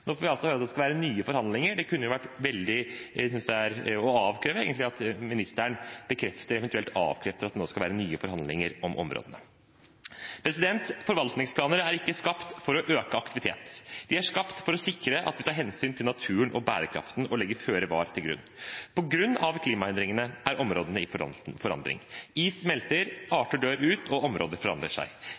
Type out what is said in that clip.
Nå får vi altså høre at det skal være nye forhandlinger. Jeg synes man må kunne avkreve av ministeren at hun bekrefter, eventuelt avkrefter, at det nå skal være nye forhandlinger om områdene. Forvaltningsplaner er ikke skapt for å øke aktivitet. De er skapt for å sikre at vi tar hensyn til naturen og bærekraften og legger føre var til grunn. På grunn av klimaendringene er områdene i forandring. Is smelter, arter dør ut, og områder forandrer seg.